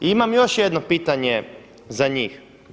I imam još jedno pitanje za njih.